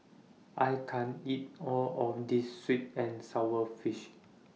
I can't eat All of This Sweet and Sour Fish